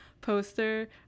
poster